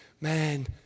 Man